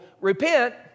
repent